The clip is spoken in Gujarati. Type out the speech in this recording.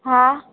હા